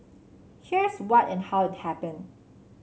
here's what and how it happened